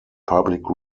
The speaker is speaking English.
public